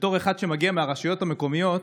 בתור אחד שמגיע מהרשויות המקומיות,